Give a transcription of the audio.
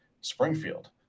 springfield